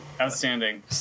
Outstanding